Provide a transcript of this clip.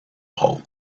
bulk